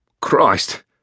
Christ